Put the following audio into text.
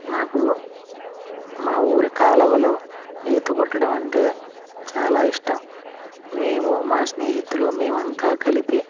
మాకు మా ఊరి కాలువలో ఈతకొట్టడం అంటే చాలా ఇష్టం మేము మా స్నేహితులు మేమంతా కలిపి